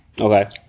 Okay